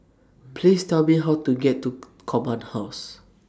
Please Tell Me How to get to Command House